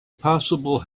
possible